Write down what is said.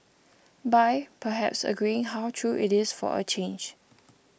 by perhaps agreeing how true it is for a change